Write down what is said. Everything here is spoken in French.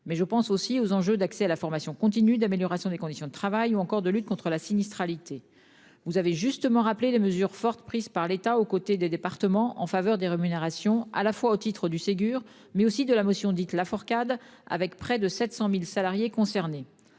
mais je pense aussi aux enjeux d'accès à la formation continue d'amélioration des conditions de travail ou encore de lutte contre la sinistralité vous avez justement rappelé les mesures fortes prises par l'État aux côtés des départements en faveur des rémunérations à la fois au titre du Ségur mais aussi de la motion dite Lafourcade avec près de 700.000 salariés concernés.